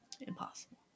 impossible